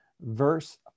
verse